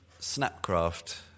Snapcraft